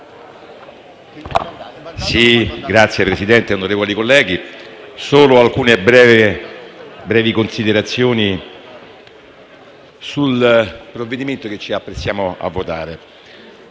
Signor Presidente, onorevoli colleghi, faccio alcune brevi considerazioni sul provvedimento che ci apprestiamo a votare.